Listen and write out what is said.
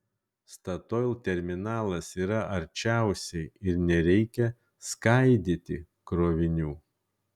statoil terminalas yra arčiausiai ir nereikia skaidyti krovinių